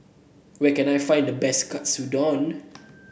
where can I find the best Katsudon